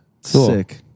Sick